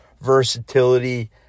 versatility